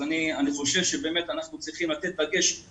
אני חושב שאנחנו באמת צריכים לשני דברים.